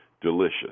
delicious